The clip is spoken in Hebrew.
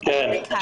ד"ר אריק האס.